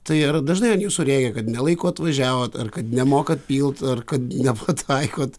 tai ar dažnai ant jūsų rėkia kad ne laiku atvažiavot ar kad nemokat pilt ar kad nepataikot